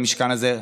במשכן הזה.